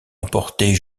emporter